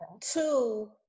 Two